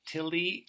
Tilly